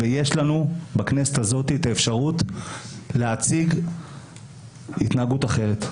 יש לנו בכנסת הזאת אפשרות להציג התנהגות אחרת.